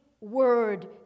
word